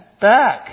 back